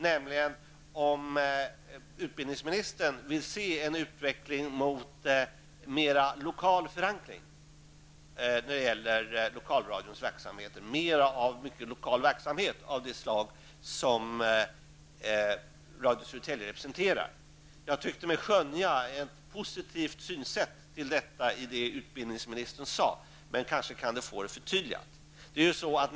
Jag frågade om utbildningsministern ville se en utveckling mot mera lokal förankring när det gäller lokalradions verksamhet, mera av lokal verksamhet av det slag som Radio Södertälje representerar. Jag tyckte mig skönja en positiv syn på detta i det som utbildningsministern sade, men jag kan kanske få ett förtydligande.